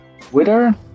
Twitter